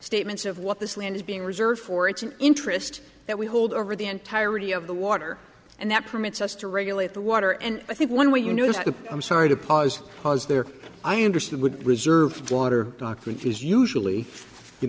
statements of what this land is being reserved for it's an interest that we hold over the entirety of the water and that permits us to regulate the water and i think one way you know that i'm sorry to pause pause there i understand would reserve water document is usually you